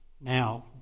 Now